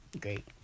great